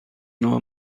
نوع